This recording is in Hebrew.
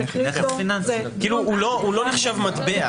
הוא לא נחשב מטבע.